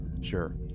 Sure